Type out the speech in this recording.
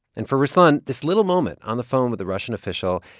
and for ruslan, this little moment on the phone with the russian official,